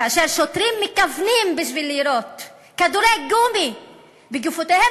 כאשר שוטרים מכוונים בשביל לירות כדורי גומי במפגינים